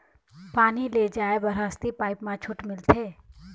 पानी ले जाय बर हसती पाइप मा छूट मिलथे?